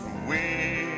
we